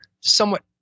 somewhat